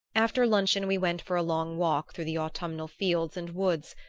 after luncheon we went for a long walk through the autumnal fields and woods,